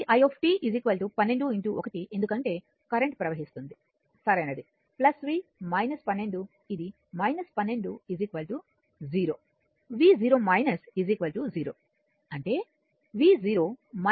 కాబట్టి i 12 1 ఎందుకంటే current ప్రవహిస్తుంది సరైనది v 12 ఇది 12 0 v 0